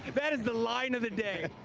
that is the line of the day.